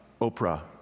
Oprah